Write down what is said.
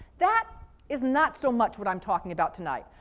that is not so much what i'm talking about tonight.